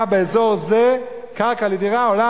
באזור זה, קרקע לדירה עולה